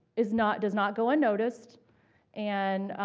is not does not go unnoticed and,